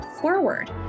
forward